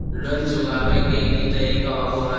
Loan चुकाबे के की तरीका होबो हइ?